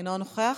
אינו נוכח,